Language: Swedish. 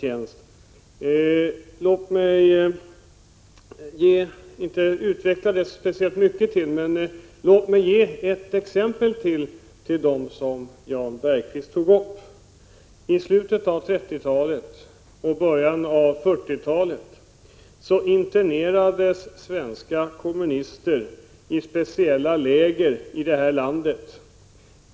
Jag skall inte utveckla detta speciellt mycket till, men låt mig ge ett exempel utöver dem som Jan Bergqvist tog upp. I slutet av 30-talet och början av 40-talet internerades svenska kommunister i speciella läger i det här landet.